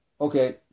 okay